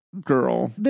Girl